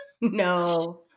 No